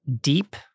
deep